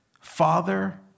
Father